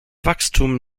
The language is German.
wachstum